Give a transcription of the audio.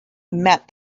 met